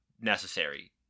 necessary